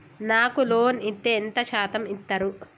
నాకు లోన్ ఇత్తే ఎంత శాతం ఇత్తరు?